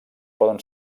poden